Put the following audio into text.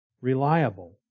reliable